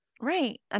Right